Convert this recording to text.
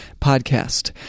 podcast